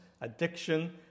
addiction